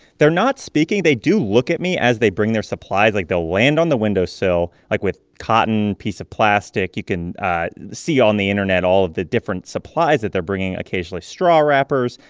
they're not speaking. they do look at me as they bring their supplies. like, they'll land on the windowsill, like, with cotton, piece of plastic. you can see on the internet all of the different supplies that they're bringing occasionally, straw wrappers,